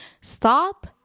Stop